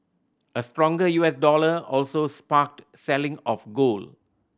a stronger U S dollar also sparked selling of gold